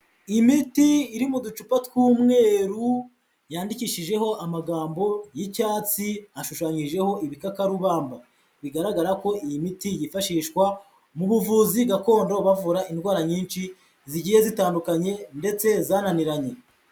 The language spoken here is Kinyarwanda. Imiti iri mu ducupa tw'umweru yandikishijeho amagambo y'icyatsi, ashushanyijeho ibikakarubamba bigaragara ko iyi miti yifashishwa mu buvuzi gakondo, bavura indwara nyinshi zigiye zitandukanye ndetse zananiranye.